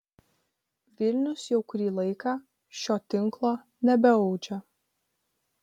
vilnius jau kurį laiką šio tinklo nebeaudžia